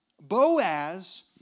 Boaz